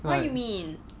what you mean